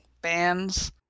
Bands